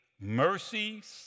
mercies